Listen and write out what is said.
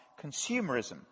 Consumerism